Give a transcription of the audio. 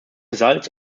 salz